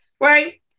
Right